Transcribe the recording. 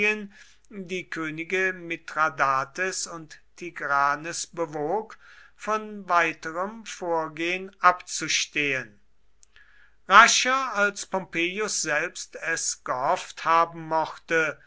die könige mithradates und tigranes bewog von weiterem vorgehen abzustehen rascher als pompeius selbst es gehofft haben mochte